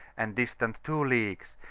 and distant two leagues,